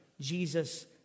Jesus